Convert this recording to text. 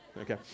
Okay